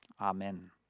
Amen